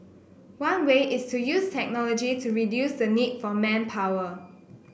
one way is to use technology to reduce the need for manpower